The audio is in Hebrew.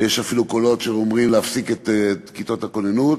ויש אפילו קולות שאומרים להפסיק את כיתות הכוננות.